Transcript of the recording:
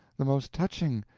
the most touching,